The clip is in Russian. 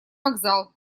вокзал